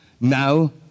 now